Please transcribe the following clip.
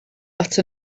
that